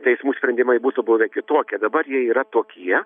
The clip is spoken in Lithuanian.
teismų sprendimai būtų buvę kitokie dabar jie yra tokie